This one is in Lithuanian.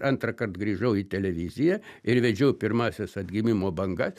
antrąkart grįžau į televiziją ir vedžiau pirmąsias atgimimo banga